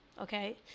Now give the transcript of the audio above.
okay